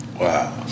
Wow